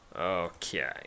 okay